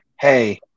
Hey